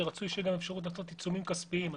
שרצוי שתהיה אפשרות לעשות עיצומים כספיים.